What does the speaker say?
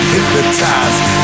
Hypnotized